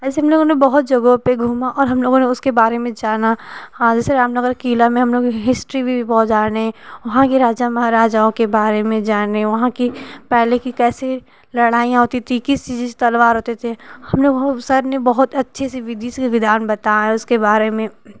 ऐसे हम लोगों ने बहुत जगहों पर घूमा उसके बारे में जाना और वैसे रामनगर कीला में हिस्ट्री भी बहुत जाने वहाँ के राजा महाराजाओं के बारे में जाने वहाँ की पहले की कैसी लड़ाइयाँ होती थी किस चीज की तलवार होती थी हमें उन्होंने सर ने बहुत अच्छे से विधि से विधान बताए उसके बारे में